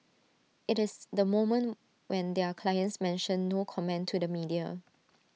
IT is the moment when their clients mention no comment to the media